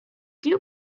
dew